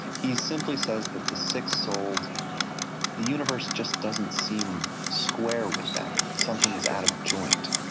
he simply says that the sick-souled, the universe just doesn't seem square with them something is out of joint.